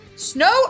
snow